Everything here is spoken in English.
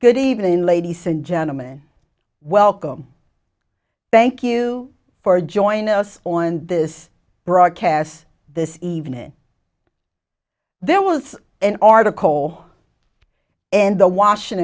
good evening ladies and gentlemen welcome thank you for joining us on this broadcast this evening there was an article in the washing